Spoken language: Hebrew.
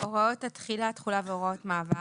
הוראות התחילה, תחולה והוראות מעבר.